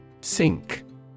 Sink